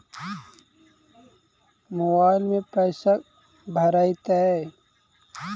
Mobile में पैसा भरैतैय?